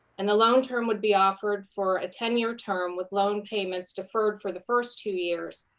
and the loan term would be offered for a ten-year term with loan payments deferred for the first two years,